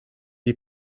die